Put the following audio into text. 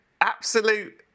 absolute